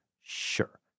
sure